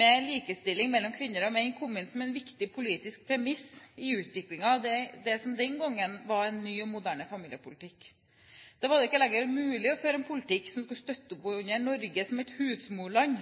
med at likestilling mellom kvinner og menn kom inn som en viktig politisk premiss for utviklingen av det som den gang var en ny og moderne familiepolitikk. Da var det ikke lenger mulig å føre en politikk som kunne støtte opp under Norge som et husmorland.